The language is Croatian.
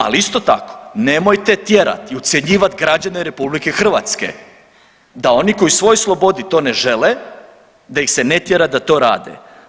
Ali isto tako nemojte tjerati i ucjenjivati građane RH da oni koji u svojoj slobodi to ne žele da ih se ne tjera da to rade.